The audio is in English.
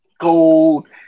gold